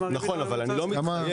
נכון, אבל אני לא מתחייב.